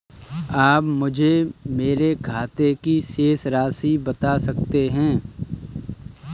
आप मुझे मेरे खाते की शेष राशि बता सकते हैं?